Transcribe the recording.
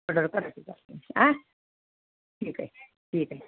order करावी लागते आ ठीक आहे ठीक आहे